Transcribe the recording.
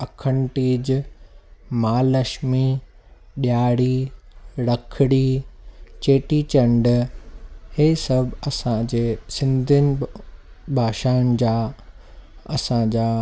आखाड़ी तीज महालक्ष्मी ॾिआरी रखड़ी चेटी चण्ड इहे सभु असांजे सिंधीनि भाषाउनि जा असांजा